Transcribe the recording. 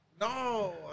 No